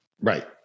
Right